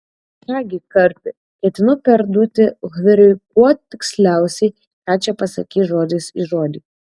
ką gi karpi ketinu perduoti huveriui kuo tiksliausiai ką čia pasakei žodis į žodį